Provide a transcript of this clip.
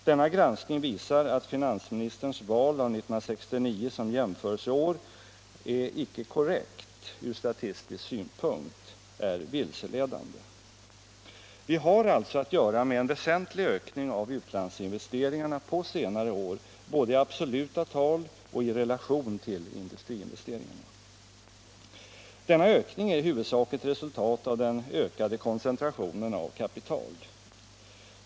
Denna granskning visar att finansministerns val av 1969 som jämförelseår är från statistisk synpunkt vilseledande. Vi har alltså att göra med en väsentlig ökning av utlandsinvesteringarna på senare år både i absoluta tal och i relation till industriinvesteringarna. Denna ökning är i huvudsak ett resultat av den ökade koncentrationen av kapital.